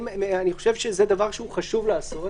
אני חושב שזה דבר שהוא חשוב לעשות